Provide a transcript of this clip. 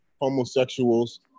homosexuals